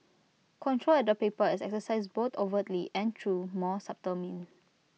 control at the paper is exercised both overtly and through more subtle means